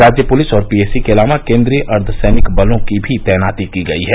राज्य पुलिस और पीएसी के अलावा केन्द्रीय अर्ध सैनिक बलों की भी तैनाती की गयी है